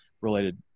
related